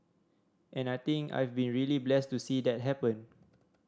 and I think I've been really blessed to see that happen